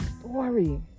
story